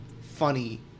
funny